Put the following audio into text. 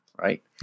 right